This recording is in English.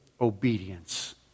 obedience